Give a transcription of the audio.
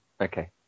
okay